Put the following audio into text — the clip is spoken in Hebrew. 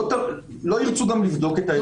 לא ירצו גם לבדוק את הערכה.